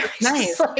Nice